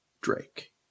drake